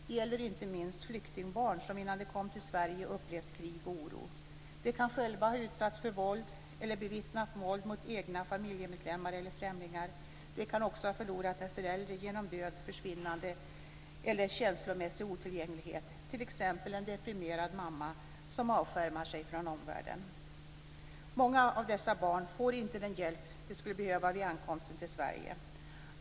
Det gäller inte minst flyktingbarn som innan de kom till Sverige upplevt krig och oro. De kan själva ha utsatts för våld eller bevittnat våld mot egna familjemedlemmar eller främlingar. De kan också ha förlorat en förälder genom död, försvinnande eller känslomässig otillgänglighet, t.ex. en deprimerad mamma som avskärmar sig från omvärlden. Många av dessa barn får inte den hjälp de skulle behöva vid ankomsten till Sverige.